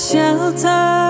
Shelter